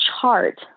chart